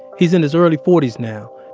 he's in his early forties now.